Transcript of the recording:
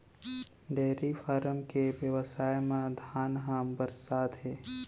dairy farm के बेवसाय म धन ह बरसत हे